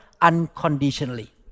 unconditionally